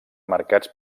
marcats